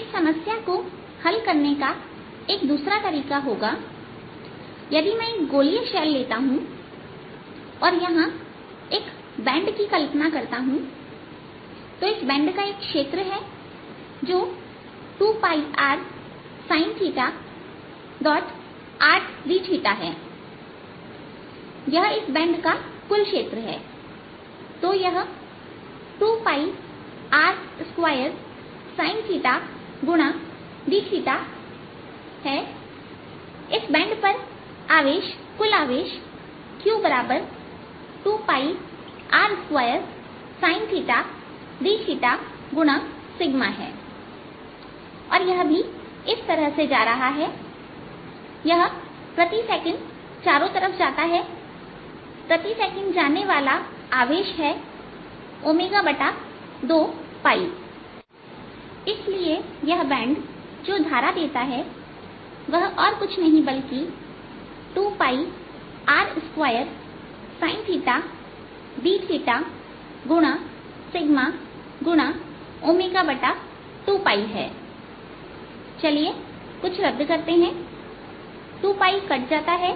एक ही समस्या के हल को देखने का दूसरा तरीका होगा यदि मैं इस गोलीय शैल को लेता हूं और यहां एक बैंड की कल्पना करता हूं तो इस बैंड का एक क्षेत्र है जो 2πRsinθRdθहै यह इस बैंड का कुल क्षेत्र है तो यह है2R2sinθdθ इस बैंड पर आवेश कुल आवेश q2R2sinθdθहै और यह भी इस तरह जा रहा है यह प्रति सेकंड चारों तरफ जाता है प्रति सेकंड जाने वाला आवेश है 2 इसलिए यह बैंड जो धारा देता है वह कुछ नहीं बल्कि 2R2sinθdθ2 है चलिए कुछ रद्द करते हैं 2रद्द हो जाता है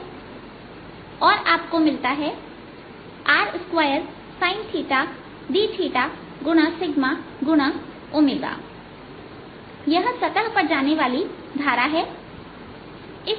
और आपको मिलता हैR2sinθdθ यह सतह पर जाने वाली धारा है